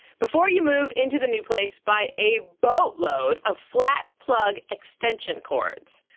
before you move into the new place, buy a boatload of flat plug extension cords.